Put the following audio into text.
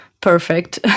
perfect